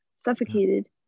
suffocated